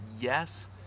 yes